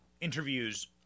interviews